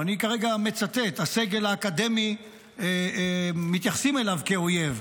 וכרגע אני מצטט: הסגל האקדמי מתייחסים אליו כאויב,